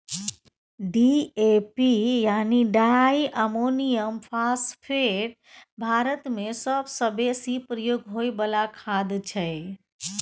DAP यानी diammonium phosphate भारतमे सबसँ बेसी प्रयोग होइ बला खाद छै